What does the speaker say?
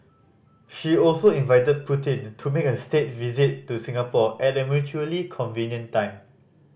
she also invited Putin to make a state visit to Singapore at a mutually convenient time